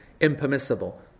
impermissible